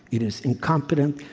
it is incompetent,